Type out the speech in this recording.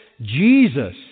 Jesus